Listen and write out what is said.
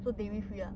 so dairy free ah